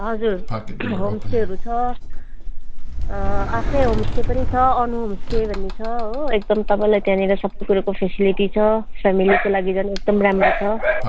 हजुर होमस्टेहरू छ आफ्नै होमस्टे पनि छ अनि होमस्टे भन्ने छ हो एकदम तपाईँलाई त्यहाँनिर सबै कुरोको फ्यासिलिटी छ फ्यामिलीको लागि जानु एकदम राम्रो छ